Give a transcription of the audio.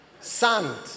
sand